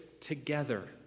together